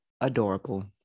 adorable